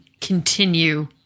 continue